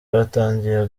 batangiye